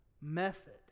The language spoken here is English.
method